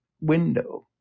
window